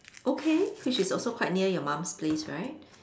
okay which is also quite near your mom's place right